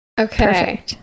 Okay